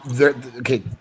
okay